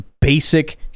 basic